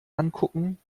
angucken